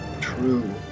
true